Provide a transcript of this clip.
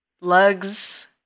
lugs